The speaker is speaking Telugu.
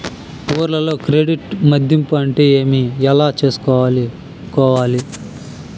ఊర్లలో క్రెడిట్ మధింపు అంటే ఏమి? ఎలా చేసుకోవాలి కోవాలి?